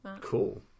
Cool